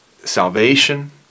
Salvation